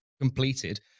completed